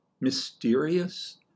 Mysterious